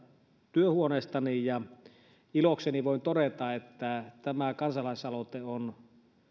työhuoneestani ja ilokseni voin todeta että tämä kansalaisaloite on